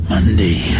Monday